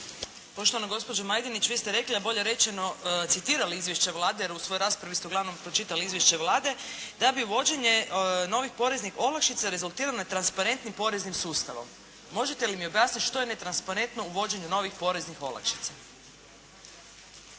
Poštovana gospođo Majdenić, vi ste rekli, a bolje rečeno citirali izvješće Vlade, jer u svojoj raspravi ste uglavnom pročitali izvješće Vlade da bi uvođenje novih poreznih olakšica rezultiralo transparentnim poreznim sustavom. Možete li mi objasniti što je netransparentno uvođenju novih poreznih olakšica?